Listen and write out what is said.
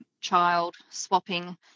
child-swapping